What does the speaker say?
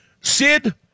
Sid